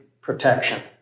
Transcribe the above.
protection